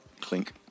Clink